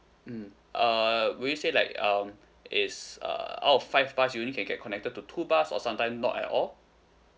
mm uh will you say like um it's uh out of five parts you only can get connected to two parts or sometime not at all